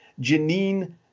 Janine